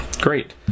Great